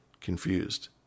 confused